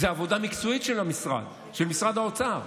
זאת עבודה מקצועית של משרד האוצר.